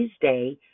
Tuesday